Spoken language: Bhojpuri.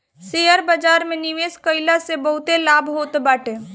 शेयर बाजार में निवेश कईला से बहुते लाभ होत बाटे